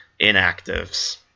inactives